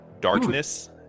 darkness